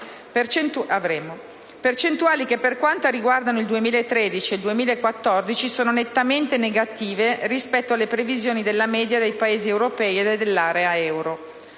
Percentuali che, per quanto riguarda il 2013 e 2014, sono nettamente negative rispetto alle previsioni della media dei Paesi europei e dell'area euro.